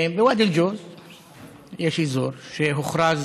בוואדי ג'וז יש אזור שהוכרז